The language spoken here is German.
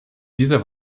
dieser